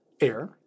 air